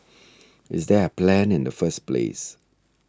is there a plan in the first place